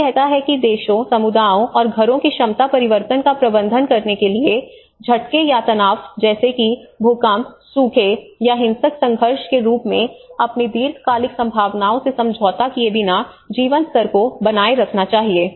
यह कहता है कि देशों समुदायों और घरों की क्षमता परिवर्तन का प्रबंधन करने के लिए झटके या तनाव जैसे कि भूकंप सूखे या हिंसक संघर्ष के रूप में अपनी दीर्घकालिक संभावनाओं से समझौता किए बिना जीवन स्तर को बनाए रखना चाहिए